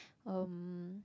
um